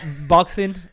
boxing